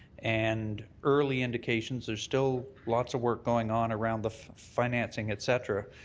and early indications there's still lots of work going on around the financing, et cetera,